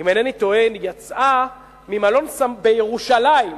אם אינני טועה יצאה ממלון בירושלים,